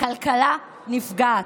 הכלכלה נפגעת.